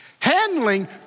handling